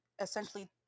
essentially